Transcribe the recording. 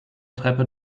treppe